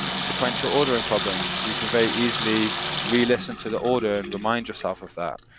sequential ordering problems, you can very easily re-listen to the order and remind yourself of that.